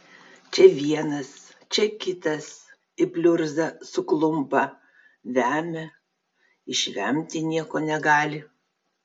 čia vienas čia kitas į pliurzą suklumpa vemia išvemti nieko negali